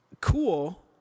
Cool